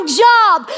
job